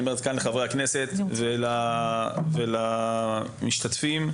ואני אומר את זה לחברי הכנסת ולמשתתפי הדיון.